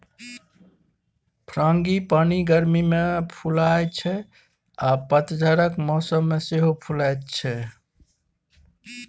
frangipani गर्मी मे फुलाइ छै आ पतझरक मौसम मे सेहो फुलाएत छै